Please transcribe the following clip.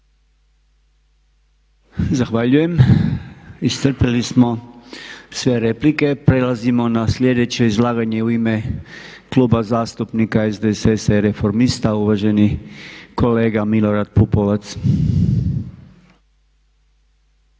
Zahvaljujem. Iscrpili smo sve replike. Prelazimo na sljedeće izlaganje u ime Kluba zastupnika SDSS-a i Reformista, uvaženi kolega Milorad Pupovac.